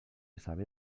sabe